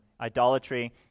idolatry